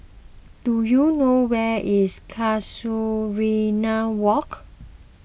do you know where is Casuarina Walk